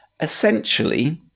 essentially